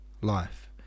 life